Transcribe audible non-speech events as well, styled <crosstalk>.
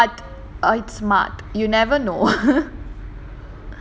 <laughs> but act smart you never know <laughs>